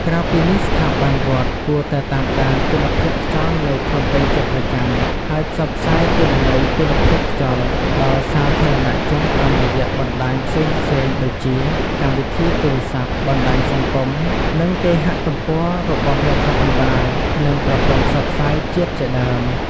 ក្រៅពីនេះ ស្ថាប័នរដ្ឋគួរតែតាមដានគុណភាពខ្យល់នៅភ្នំពេញជាប្រចាំ ហើយផ្សព្វផ្សាយទិន្នន័យគុណភាពខ្យល់ ដល់សាធារណជនតាមរយៈបណ្តាញផ្សេងៗដូចជា កម្មវិធីទូរស័ព្ទ បណ្តាញសង្គម និងគេហទំព័ររបស់រដ្ឋាភិបាល និងប្រព័ន្ធផ្សព្វផ្សាយជាតិជាដើម។